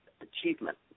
achievement